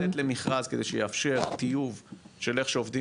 לא הייתה מניעה לצאת למכרז כדי שיאפשר טיוב של איך שעובדים